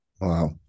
wow